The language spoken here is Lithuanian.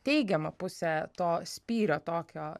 teigiama pusė to spyrio tokio